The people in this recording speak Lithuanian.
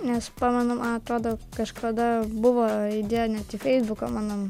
nes pamenu man atrodo kažkada buvo įdėję net į feisbuką manan